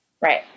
Right